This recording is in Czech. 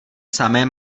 samé